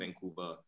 Vancouver